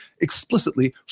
explicitly